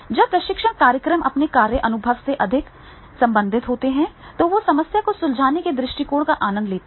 जब प्रशिक्षण कार्यक्रम अपने कार्य अनुभव से अधिक संबंधित होते हैं तो वे समस्या को सुलझाने के दृष्टिकोण का आनंद लेते हैं